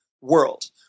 world